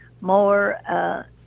more